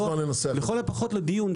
לכל הפחות לדיון,